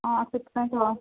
ହଁ ସେଥିପାଇଁ ତ